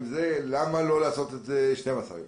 למה לא לעשות את זה 12 יום?